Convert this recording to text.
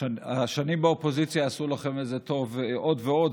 השנים באופוזיציה יעשו לכם את זה טוב עוד ועוד.